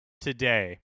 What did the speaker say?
today